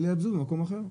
הם יעבדו במקום אחר.